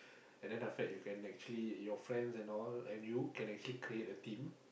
and then after that you can actually your friends and all and you can actually create a team